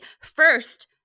First